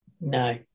no